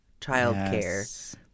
childcare